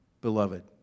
beloved